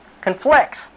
conflicts